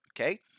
okay